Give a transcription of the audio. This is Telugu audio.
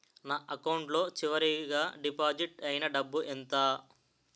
నా అకౌంట్ లో చివరిగా డిపాజిట్ ఐనా డబ్బు ఎంత?